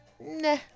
Nah